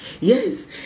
Yes